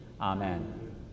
amen